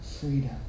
freedom